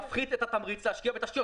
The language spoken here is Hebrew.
מפחית את התמריץ להשקיע בתשתיות.